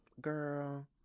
Girl